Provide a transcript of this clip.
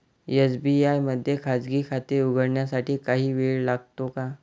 SBI मध्ये खाजगी खाते उघडण्यासाठी काही वेळ लागतो का?